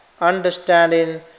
understanding